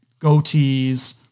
goatees